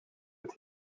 het